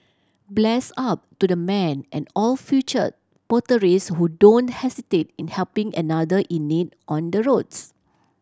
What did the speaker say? bless up to the man and all future motorist who don't hesitate in helping another in need on the roads